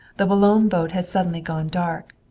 the boulogne boat had suddenly gone dark,